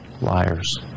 Liars